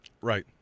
Right